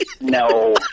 No